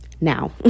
now